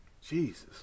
Jesus